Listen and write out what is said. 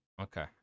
Okay